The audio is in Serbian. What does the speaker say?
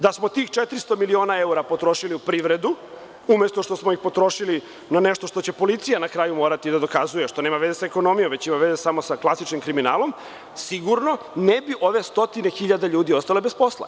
Da so tih 400 miliona evra potrošili u privredu umesto što smo ih potrošili na nešto što će policija na kraju morati da dokazuje, što nema veze sa ekonomijom već ima veze samo sa klasičnim kriminalom, sigurno ne bi ove stotine hiljada ljudi ostale bez posla.